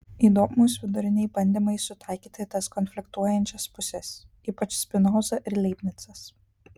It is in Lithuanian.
įdomūs viduriniai bandymai sutaikyti tas konfliktuojančias puses ypač spinoza ir leibnicas